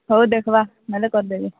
ହଉ ଦେଖିବା ହେଲେ କରିଦେବି